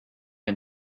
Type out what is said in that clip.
can